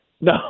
No